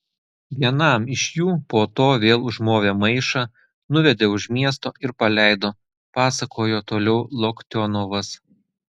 vienam iš jų po to vėl užmovė maišą nuvedė už miesto ir paleido pasakojo toliau loktionovas